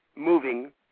moving